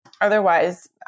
Otherwise